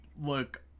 look